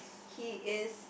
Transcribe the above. he is